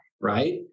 right